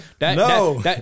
No